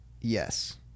yes